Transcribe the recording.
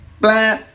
Blah